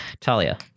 Talia